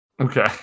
okay